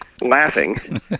laughing